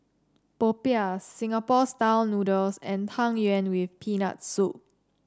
Popiah Singapore style noodles and Tang Yuen with Peanut Soup